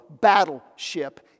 battleship